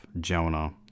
Jonah